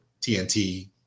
TNT